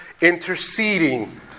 interceding